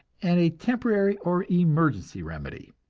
and a temporary or emergency remedy.